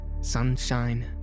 sunshine